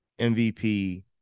MVP